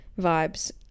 vibes